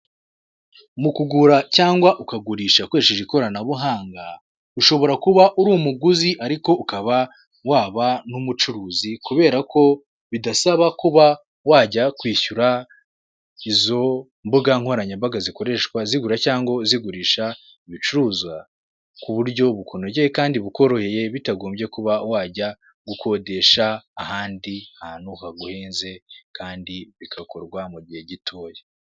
Mu kugura cyangwa ukagurisha akoresheje ikoranabuhanga, ushobora kuba uri umuguzi ariko ukaba waba n'umucuruzi kubera ko bidasaba kuba wajya kwishyura izo mbuga nkoranyambaga zikoreshwa zigura cyangwa zigurisha ibicuruzwa, ku buryo bukunogeye kandi bukoroheye bitagombye kuba wajya gukodesha ahandi hantu haguhenze kandi bigakorwa mu gihe gitoya.